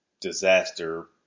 disaster